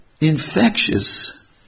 infectious